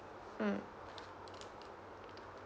mm